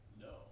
No